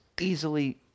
easily